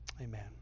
Amen